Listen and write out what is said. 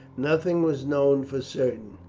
nothing was known for certain.